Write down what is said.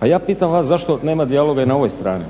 a ja pitam vas zašto nema dijaloga i na ovoj strani?